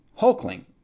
hulkling